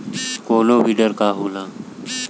कोनो बिडर का होला?